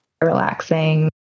relaxing